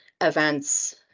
events